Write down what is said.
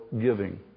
giving